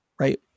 Right